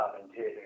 commentator